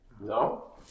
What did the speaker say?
No